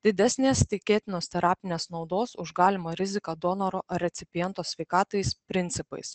didesnės tikėtinos terapinės naudos už galimą riziką donoro ar recipiento sveikatais principais